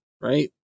right